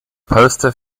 poster